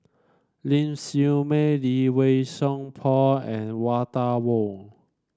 Ling Siew May Lee Wei Song Paul and Walter Woon